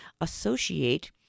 associate